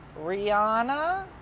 Rihanna